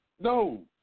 No